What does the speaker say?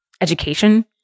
education